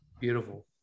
Beautiful